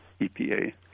EPA